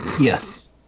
Yes